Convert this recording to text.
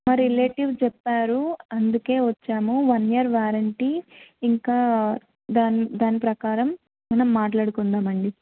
మా రిలేటివ్ చెప్పారు అందుకే వచ్చాము వన్ ఇయర్ వారంటీ ఇంకా దాని దాని ప్రకారం మనం మాట్లాడుకుందామండి